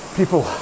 people